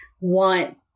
want